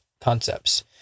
concepts